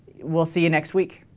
will see you next week